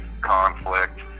conflict